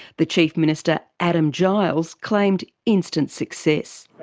the chief minister adam giles claimed instant success.